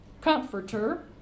comforter